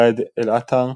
ראאד אל-עטאר,